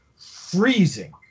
freezing